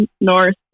north